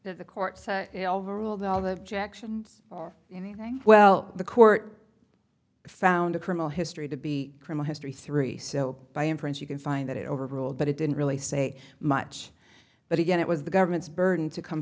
jackson's anything well the court found a criminal history to be criminal history three so by inference you can find that it overruled but it didn't really say much but again it was the government's burden to come